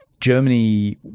Germany